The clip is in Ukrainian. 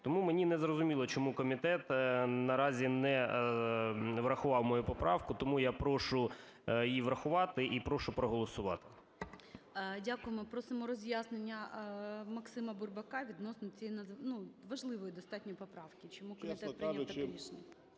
Тому мені не зрозуміло, чому комітет наразі не врахував мою поправку. Тому я прошу її врахувати і прошу проголосувати. ГОЛОВУЮЧИЙ. Дякуємо. Просимо роз'яснення Максима Бурбака відносно цієї важливої достатньо поправки, чому комітет прийняв таке